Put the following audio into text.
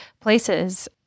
places